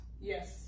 Yes